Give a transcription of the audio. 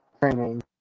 training